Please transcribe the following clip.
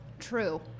true